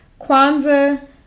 Kwanzaa